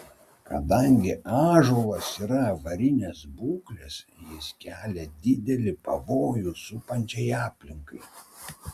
kadangi ąžuolas yra avarinės būklės jis kelia didelį pavojų supančiai aplinkai